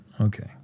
okay